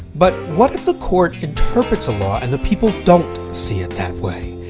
but what if the court interprets a law, and the people don't see it that way?